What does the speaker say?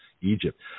Egypt